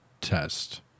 test